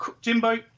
Jimbo